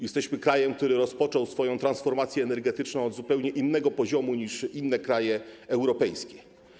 Jesteśmy krajem, który rozpoczął swoją transformację energetyczną z zupełnie innego poziomu niż inne kraje europejskie.